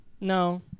No